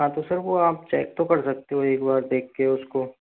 हाँ तो सर वो आप चेक तो कर सकते हो एक बार देख के उसको